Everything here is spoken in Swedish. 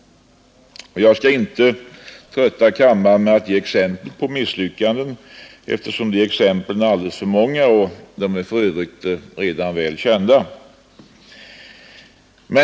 Jag skall inte trötta kammaren med att ge exempel på misslyckanden eftersom de är alldeles för många och för övrigt redan väl kända.